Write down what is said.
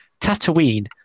Tatooine